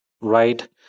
right